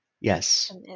Yes